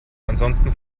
ansonsten